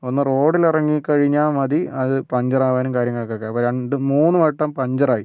ഒന്ന് റോഡിലിറങ്ങി കഴിഞ്ഞാൽ മതി അത് പഞ്ചറാകാനും കാര്യങ്ങൾക്കൊക്കെ അപ്പോൾ രണ്ടും മൂന്നു വട്ടം പഞ്ചറായി